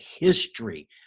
history